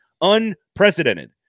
unprecedented